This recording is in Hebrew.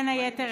בין היתר,